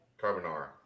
Carbonara